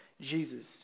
Jesus